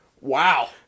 wow